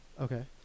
Okay